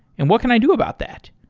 and what can i do about that?